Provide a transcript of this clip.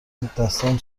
دستام